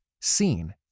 seen